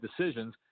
decisions